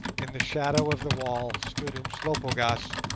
in the shadow of the wall stood umslopogaas,